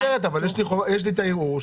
לא פוטרת אבל יש לי את הערעור,